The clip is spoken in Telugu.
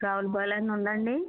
రావులపాలెంలో ఉందాండి